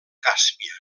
càspia